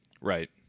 Right